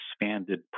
expanded